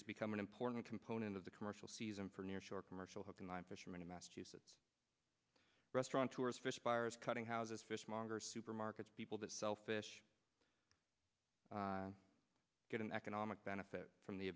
has become an important component of the commercial season for nearshore commercial cooking line fishermen in massachusetts restaurant tours fish buyers cutting houses fishmonger supermarkets people that sell fish get an economic benefit from the